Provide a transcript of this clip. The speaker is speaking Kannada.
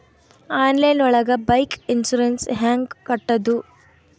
ಆನ್ಲೈನ್ ಒಳಗೆ ಬೈಕ್ ಇನ್ಸೂರೆನ್ಸ್ ಹ್ಯಾಂಗ್ ಕಟ್ಟುದು?